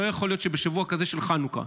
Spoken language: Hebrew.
לא יכול להיות שבשבוע כזה של חנוכה,